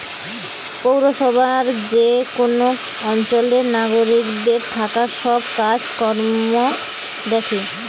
পৌরসভা যে কোন অঞ্চলের নাগরিকদের থাকার সব কাজ কর্ম দ্যাখে